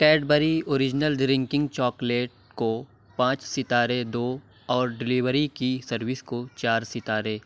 Cadbury original drinking chocolate کو پانچ ستارے دو اور ڈیلیوری کی سروس کو چار ستارے